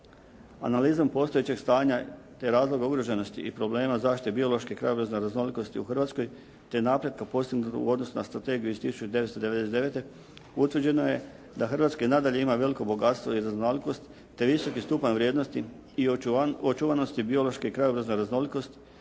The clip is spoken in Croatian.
Analizom postojećeg stanja, te razloga ugroženosti i problema zaštite biološke krajobrazne raznolikosti u Hrvatskoj, te napretka postignutog u odnosu na Strategiju iz 1999. utvrđeno je da Hrvatska i nadalje ima veliko bogatstvo i raznolikost, te visoki stupanj vrijednosti i očuvanosti biološke krajobrazne raznolikosti